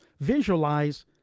visualize